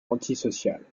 antisociale